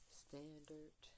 standard